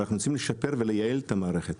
ואנחנו רוצים לשפר ולייעל את המערכת